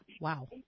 Wow